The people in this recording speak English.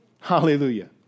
Hallelujah